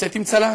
יוצאת עם צל"ש.